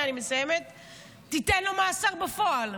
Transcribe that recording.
תן לו מאסר בפועל,